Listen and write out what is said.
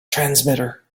transmitter